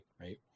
right